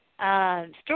Story